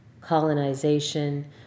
colonization